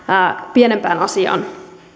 pienempään asiaan